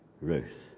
Ruth